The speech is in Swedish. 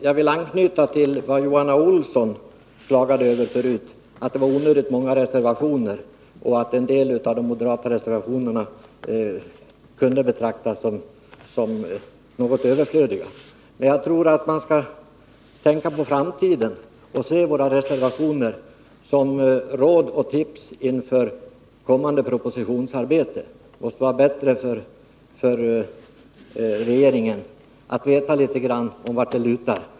Jag vill anknyta till vad Johan Olsson klagade över förut, nämligen att det var onödigt många reservationer och att en del av de moderata reservationerna kunde betraktas som överflödiga. Jag tror att man skall tänka på framtiden och se våra reservationer som råd och tips inför kommande propositionsarbete. Det måste vara bättre för regeringen att veta litet grand om vartåt det lutar.